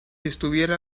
estuviera